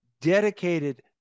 dedicated